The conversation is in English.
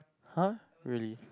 [huh] really